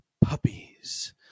puppies